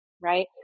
right